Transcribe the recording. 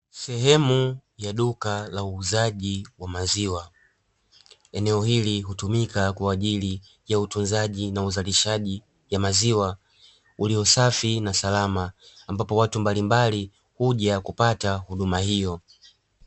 Sehemu ya duka la uuzaji wa maziwa eneo hili htumika kwa ajili ya utunzaji na uzalishaji ya maziwa ulio safi na salama, ambapo watu mbalimbali huja na kupata huduma hiyo.